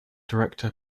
director